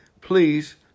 please